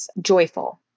joyful